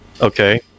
Okay